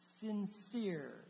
sincere